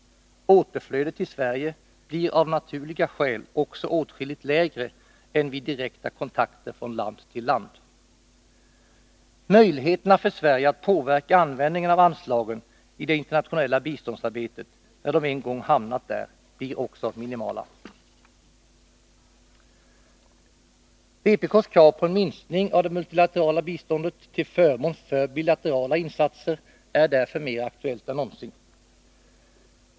Återflödet till Sverige blir av naturliga skäl också åtskilligt lägre än vid direkta kontakter från land till land. Möjligheterna för Sverige att påverka användningen av anslagen i det internationella biståndsarbetet när de en gång hamnat där blir också minimala. Vpk:s krav på en minskning av det multilaterala biståndet till förmån för bilaterala insatser är därför mer aktuellt än någonsin.